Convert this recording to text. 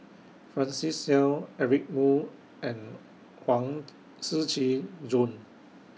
Francis Seow Eric Moo and Huang Shiqi Joan